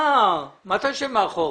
אם לא די בכך,